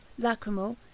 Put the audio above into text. lacrimal